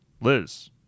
Liz